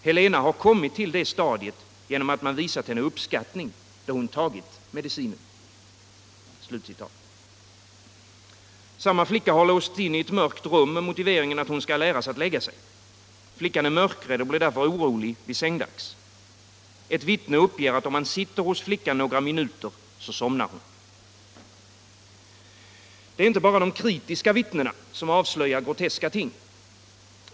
Helena har kommit till det stadiet, genom att man visat henne uppskattning då hon tagit medicinen.” Samma flicka har låsts in i ett mörkt rum, med motiveringen att hon skall läras att lägga sig. Flickan är mörkrädd och blir därför orolig vid sängdags. Ett vittne uppger att om man sitter hos flickan några minuter, så somnar hon. Det är inte bara de kritiska vittnena som avslöjar groteska ting.